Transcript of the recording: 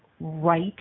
right